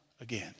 again